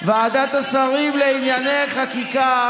ועדת השרים לענייני חקיקה